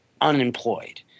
unemployed